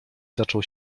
zaczął